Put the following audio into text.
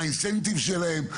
מה התמריץ שלהם.